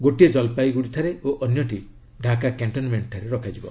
ଗୋଟିଏ ଜଳପାଇଗୁଡ଼ିଠାରେ ଓ ଅନ୍ୟଟି ଡ଼ାକା କ୍ୟାଶ୍ଚନମେଣ୍ଟଠାରେ ରହିବ